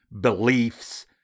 beliefs